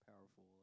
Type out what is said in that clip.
powerful